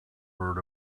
word